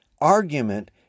argument